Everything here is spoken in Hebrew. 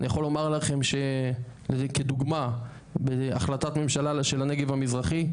אני יכול לומר לכם כדוגמה להחלטת ממשלה של הנגב המזרחי,